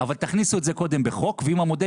אבל תכניסו את זה קודם בחוק ואם המודל